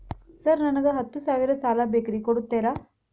Sir ನನಗ ಹತ್ತು ಸಾವಿರ ಸಾಲ ಬೇಕ್ರಿ ಕೊಡುತ್ತೇರಾ?